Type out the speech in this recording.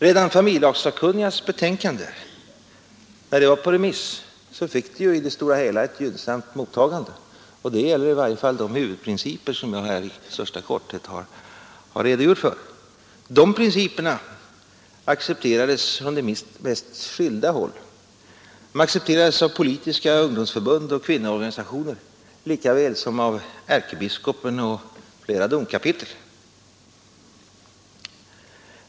Redan när familjelagssakkunnigas betänkande var på remiss fick det ju i det stora hela ett gynnsamt mottagande; det gäller i varje fall de huvudprinciper som jag här i största korthet har redogjort för. De principerna accepterades från de mest skilda håll. De accepterades av politiska ungdomsförbund och kvinnoorganisationer likaväl som av ärkebiskopen och av flera domkapitel.